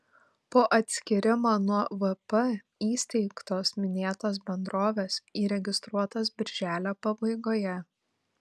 po atskyrimo nuo vp įsteigtos minėtos bendrovės įregistruotos birželio pabaigoje